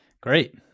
Great